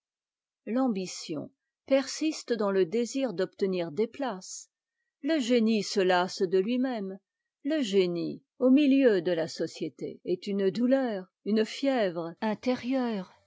l'ambition persiste dans le désir d obtenir des places e génie se lasse de lui-même le génie au milieu de la société est une douleur une fièvre intérieure